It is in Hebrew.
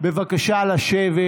בבקשה לשבת.